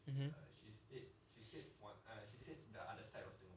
mmhmm